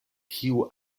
kiu